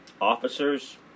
officers